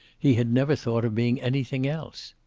he had never thought of being anything else.